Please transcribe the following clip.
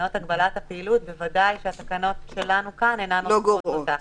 בתקנות הגבלת הפעילות בוודאי שהתקנות שלנו כאן אינן גורעות.